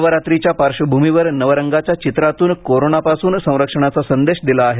नवरात्रीच्या पार्श्वभूमीवर नवरंगाच्या चित्रातून कोरोनापासून संरक्षणाचा संदेश दिला आहे